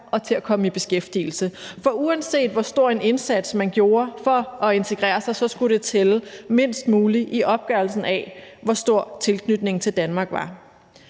og til at komme i beskæftigelse, for uanset hvor stor en indsats man gjorde for at integrere sig, skulle det tælle mindst muligt i opgørelsen af, hvor stor tilknytningen til Danmark var.